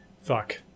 Fuck